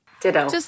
Ditto